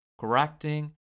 correcting